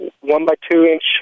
one-by-two-inch